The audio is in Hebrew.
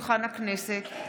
כי הונחו היום על שולחן הכנסת,